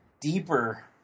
deeper